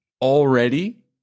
already